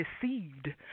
deceived